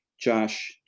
Josh